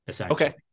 Okay